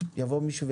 שמישהו יבוא ויגיד: